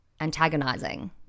antagonizing